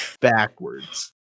backwards